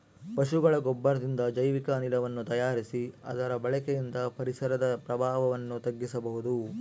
ಪಶುಗಳ ಗೊಬ್ಬರದಿಂದ ಜೈವಿಕ ಅನಿಲವನ್ನು ತಯಾರಿಸಿ ಅದರ ಬಳಕೆಯಿಂದ ಪರಿಸರದ ಪ್ರಭಾವವನ್ನು ತಗ್ಗಿಸಬಹುದು